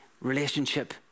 relationship